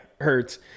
hurts